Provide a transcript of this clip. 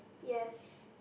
yes